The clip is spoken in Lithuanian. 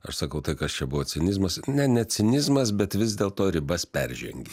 aš sakau tai kas čia buvo cinizmas ne ne cinizmas bet vis dėlto ribas peržengei